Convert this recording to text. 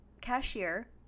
cashier